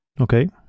okay